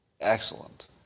excellent